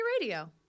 Radio